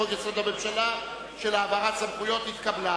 לחוק-יסוד: הממשלה להעברת סמכות נתקבלה.